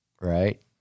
Right